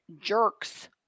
Jerks